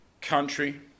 country